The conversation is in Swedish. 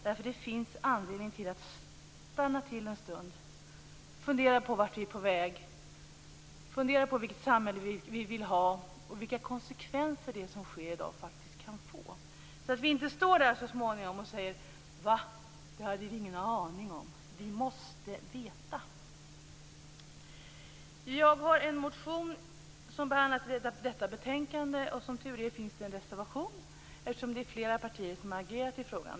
Det finns anledning att stanna till en stund, fundera på vart vi är på väg, fundera på vilket samhälle vi vill ha och vilka konsekvenser det som sker faktiskt kan få så att vi inte står så småningom och säger: "Vad? Det här hade jag ingen aning om." Vi måste veta. Jag har en motion som behandlas i detta betänkande. Som tur är finns det en reservation om det, eftersom det är flera partier som agerat i frågan.